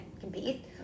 compete